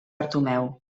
bartomeu